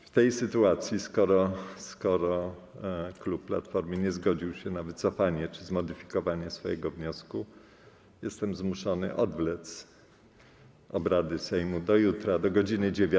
W tej sytuacji, skoro klub Platformy nie zgodził się na wycofanie czy zmodyfikowanie swojego wniosku, jestem zmuszony odwlec obrady Sejmu do jutra do godz. 9.